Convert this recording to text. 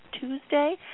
Tuesday